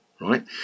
Right